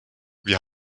wir